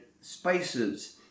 spices